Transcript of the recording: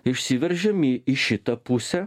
išsiveržėm į į šitą pusę